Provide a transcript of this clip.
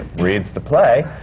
reads the play!